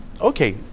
Okay